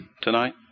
tonight